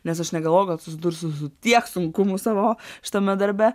nes aš negalvojau kad susidursiu su tiek sunkumų savo šitame darbe